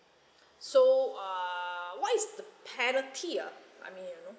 so err what is the penalty ah I mean you know